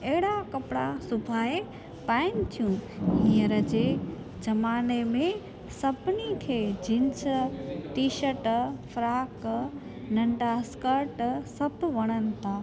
अहिड़ा कपिड़ा सुबाए पाइनि थियूं हींअर जे ज़माने में सभिनी खे जींस टीशट फ्राक नंढा स्कर्ट सभु वणनि था